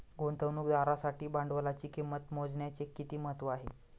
गुंतवणुकदारासाठी भांडवलाची किंमत मोजण्याचे किती महत्त्व आहे?